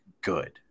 good